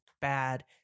bad